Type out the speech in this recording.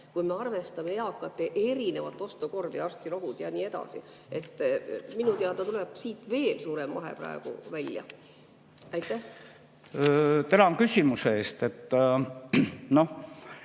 kui me arvestame eakate erinevat ostukorvi – arstirohud ja nii edasi? Minu [arust] tuleb siit veel suurem vahe praegu välja. Aitäh! Öeldakse, et